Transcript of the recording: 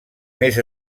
més